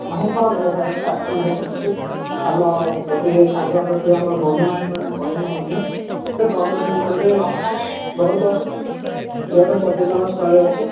ହଁ ହଁ ଭାଇ ଭାଇ ଫାର୍ଷ୍ଟ ଟାଇମ୍ ଭାଇ ଆସିଛୁ ଆମ ସାଙ୍ଗ ବନ୍ଧୁ ଭାଇମାନେ କହିଲେ ମଧ୍ୟ ସେ ଗଞ୍ଜାମ ଜିଲ୍ଲାରେ ବହୁତ ବହୁତ ପର୍ଯ୍ୟଟନ ସ୍ଥଳି ଅଛି